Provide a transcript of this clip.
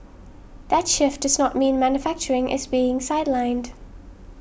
that shift does not mean manufacturing is being sidelined